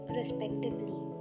respectively